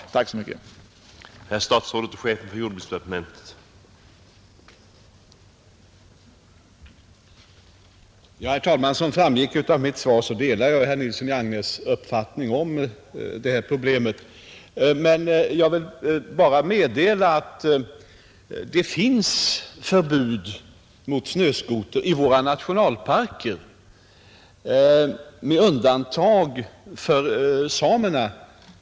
Jag tackar än en gång för svaret.